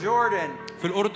Jordan